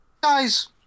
Guys